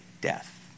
death